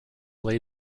lay